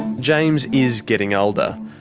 james is getting older.